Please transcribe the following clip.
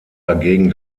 dagegen